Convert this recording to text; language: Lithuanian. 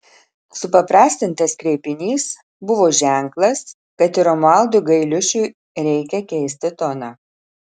supaprastintas kreipinys buvo ženklas kad ir romualdui gailiušiui reikia keisti toną